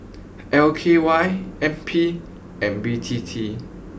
L K Y N P and B T T